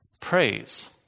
Praise